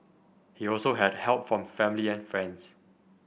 he also had help from family and friends